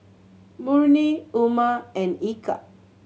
Murni Umar and Eka